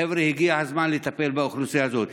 חבר'ה, הגיע הזמן לטפל באוכלוסייה הזאת.